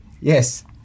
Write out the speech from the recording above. Yes